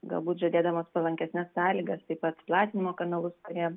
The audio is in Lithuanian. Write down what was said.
galbūt žadėdamos palankesnes sąlygas taip pat platinimo kanalus kurie